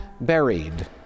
buried